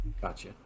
Gotcha